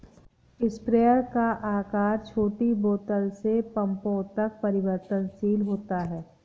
sprayer का आकार छोटी बोतल से पंपों तक परिवर्तनशील होता है